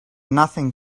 nothing